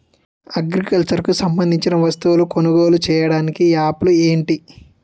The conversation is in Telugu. అగ్రికల్చర్ కు సంబందించిన వస్తువులను కొనుగోలు చేయటానికి యాప్లు ఏంటి?